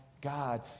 God